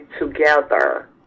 together